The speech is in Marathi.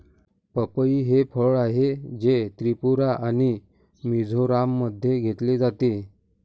पपई हे फळ आहे, जे त्रिपुरा आणि मिझोराममध्ये घेतले जाते